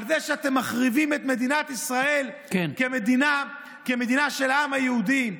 על זה שאתם מחריבים את מדינת ישראל כמדינה של העם היהודי.